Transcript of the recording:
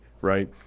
right